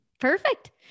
Perfect